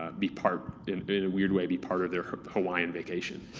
ah be part. in a weird way, be part of their hawaiian vacation,